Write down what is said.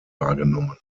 wahrgenommen